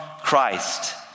Christ